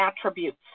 attributes